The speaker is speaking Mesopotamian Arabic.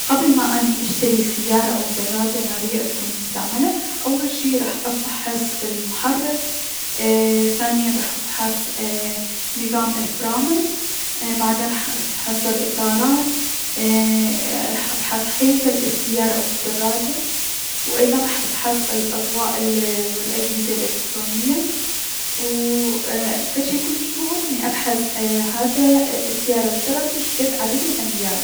قبل ما اني اشتري سيارة او دراجة نارية اتكون مستعملة، اول شي راح افحص المحرك ايي- ثانيا راح افحص اي نظام الفرامل بعدين راح افحص الأطارات ايي- راح افحص هيكل السيارة او الدراجة و ايضا راح افحص الأضواء و ال الأجهزة الألكترونية و فد شي شكل مهم هي انو اني افحص يهذي الدراجة او السيارة عدد الأميال.